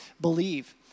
believe